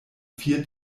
vier